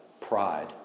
Pride